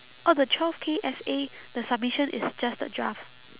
oh the twelve K essay the submission is just the draft